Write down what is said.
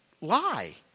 lie